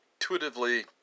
intuitively